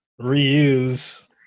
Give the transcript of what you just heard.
reuse